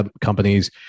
companies